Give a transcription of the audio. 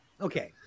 Okay